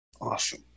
Awesome